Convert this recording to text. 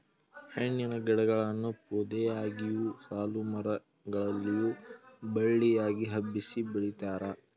ಹಣ್ಣಿನ ಗಿಡಗಳನ್ನು ಪೊದೆಯಾಗಿಯು, ಸಾಲುಮರ ಗಳಲ್ಲಿಯೂ ಬಳ್ಳಿಯಾಗಿ ಹಬ್ಬಿಸಿ ಬೆಳಿತಾರೆ